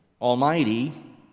Almighty